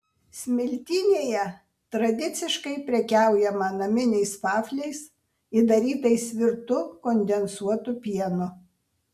smiltynėje tradiciškai prekiaujama naminiais vafliais įdarytais virtu kondensuotu pienu